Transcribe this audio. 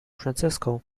francisco